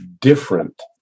different